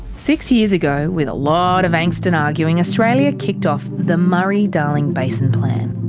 six years ago, with a lot of angst and arguing, australia kicked off the murray-darling basin plan.